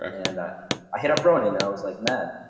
and i hit up ronan and i was like, man,